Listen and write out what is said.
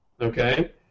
Okay